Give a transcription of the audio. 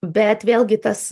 bet vėlgi tas